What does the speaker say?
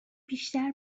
بیشتر